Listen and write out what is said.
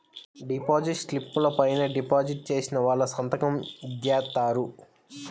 deposit స్లిపుల పైన deposit చేసిన వాళ్ళు సంతకం జేత్తారు